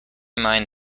mind